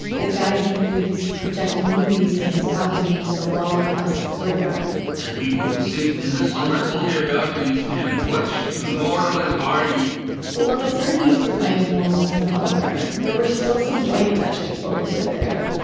that a guy he knew used to project movies from his balcony to the wall across the courtyard and people could sit in the summer on their balconies and watch laurel and hardy but while the surinamese were finding homes in the bijlmer, there were still some white dutch people who lived there.